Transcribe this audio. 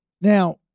Now